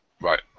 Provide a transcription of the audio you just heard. Right